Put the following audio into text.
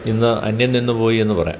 ഇന്ന് അന്യം നിന്നുപോയി എന്നു പറയാം